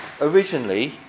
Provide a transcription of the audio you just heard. originally